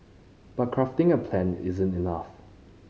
but crafting a plan isn't enough